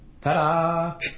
ta-da